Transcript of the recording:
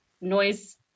noise